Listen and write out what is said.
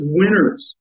winners